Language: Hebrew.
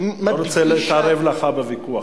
אני לא רוצה להתערב לך בוויכוח,